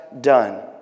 done